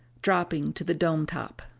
dropping to the dome top.